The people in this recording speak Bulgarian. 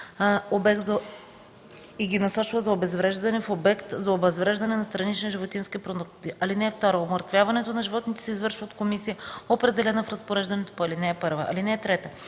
и ги насочва за обезвреждане в обект за обезвреждане на странични животински продукти. (2) Умъртвяването на животните се извършва от комисия, определена в разпореждането по ал. 1. (3) За извършеното